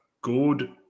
good